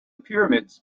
pyramids